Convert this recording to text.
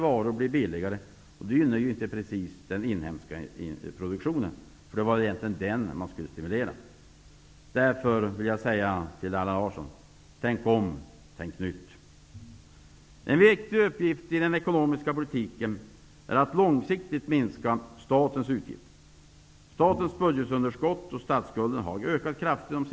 Genom en rad olika åtgärder bygger vi nu grundfundamenten för ett konkurrenskraftigt Sverige inför 2000-talet. Genom en rad tillväxtskapande åtgärder stärker vi näringslivets konkurrenskraft. Vi gör betydande satsningar på nya vägar, järnvägar, kommunikationer och telekommunikationer.